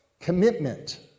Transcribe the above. Commitment